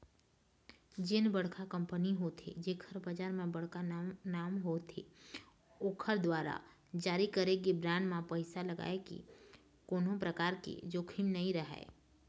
जेन बड़का कंपनी होथे जेखर बजार म बड़का नांव हवय ओखर दुवारा जारी करे गे बांड म पइसा लगाय ले कोनो परकार के जोखिम नइ राहय